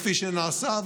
כפי שנעשה,